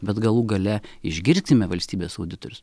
bet galų gale išgirskime valstybės auditorius